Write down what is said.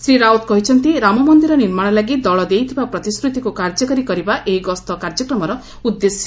ଶ୍ରୀ ରାଉତ କହିଛନ୍ତି ରାମମନ୍ଦିର ନିର୍ମାଣ ଲାଗି ଦଳ ଦେଇଥିବା ପ୍ରତିଶ୍ରତିକୁ କାର୍ଯ୍ୟକାରୀ କରିବା ଏହି ଗସ୍ତ କାର୍ଯ୍ୟକ୍ରମର ଉଦ୍ଦେଶ୍ୟ